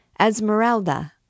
Esmeralda